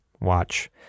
watch